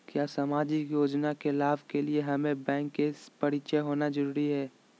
क्या सामाजिक योजना के लाभ के लिए हमें बैंक से परिचय होना जरूरी है?